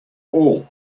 all